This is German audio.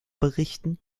berichten